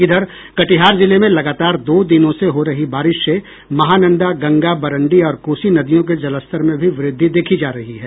इधर कटिहार जिले में लगातार दो दिनों से हो रही बारिश से महानंदा गंगा बरंडी और कोसी नदियों के जल स्तर में भी वृद्धि देखी जा रही है